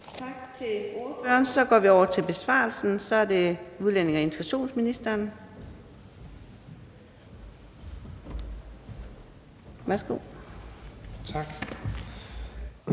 Tak til ordføreren. Så går vi over til besvarelsen, og det er udlændinge- og integrationsministeren. Værsgo. Kl.